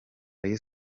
rayon